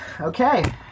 Okay